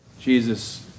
Jesus